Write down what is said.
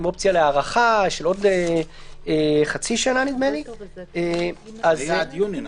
עם אופציה להארכה של עוד חצי שנה --- זה היה עד יוני?